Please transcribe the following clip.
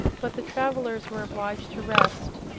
but the travellers were obliged to rest,